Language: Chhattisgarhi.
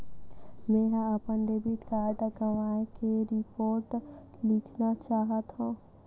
मेंहा अपन डेबिट कार्ड गवाए के रिपोर्ट लिखना चाहत हव